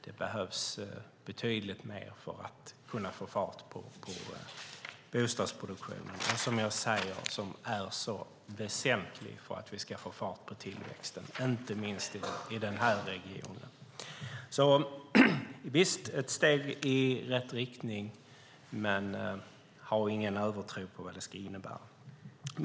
Det behövs betydligt mer för att få fart på bostadsproduktionen som är så väsentlig för att vi ska få fart på tillväxten, inte minst i den här regionen. Visst, det är ett steg i rätt riktning, men ha ingen övertro på vad det ska innebära!